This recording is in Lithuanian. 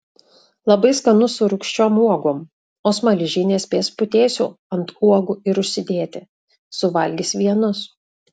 labai skanu su rūgščiom uogom o smaližiai nespės putėsių ant uogų ir užsidėti suvalgys vienus